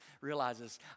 realizes